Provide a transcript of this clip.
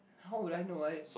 how will I know I